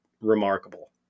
remarkable